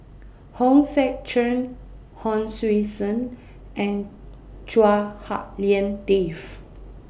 Hong Sek Chern Hon Sui Sen and Chua Hak Lien Dave